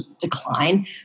decline